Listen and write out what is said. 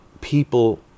people